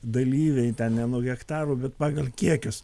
dalyviai ten ne nuo hektarų bet pagal kiekius